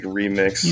remix